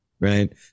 Right